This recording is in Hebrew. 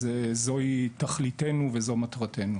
אז זו תכליתנו וזו מטרתנו.